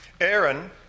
Aaron